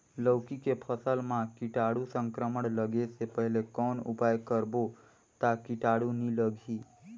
लौकी के फसल मां कीटाणु संक्रमण लगे से पहले कौन उपाय करबो ता कीटाणु नी लगही?